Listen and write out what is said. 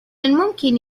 الممكن